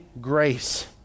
grace